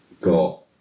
got